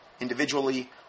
individually